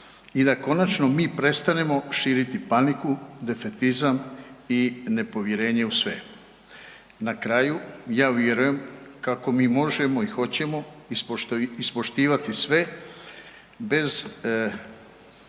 i da konačno mi prestanemo širiti paniku, defetizam i nepovjerenje u sve. Na kraju ja vjerujem kako mi možemo i hoćemo ispoštivati sve bez